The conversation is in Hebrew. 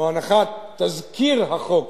תזכיר החוק